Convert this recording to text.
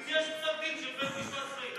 אם יש פסק-דין של בית-משפט צבאי,